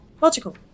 logical